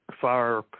fire